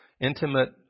intimate